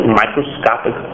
microscopic